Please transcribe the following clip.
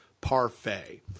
Parfait